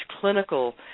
clinical